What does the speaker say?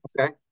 okay